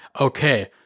Okay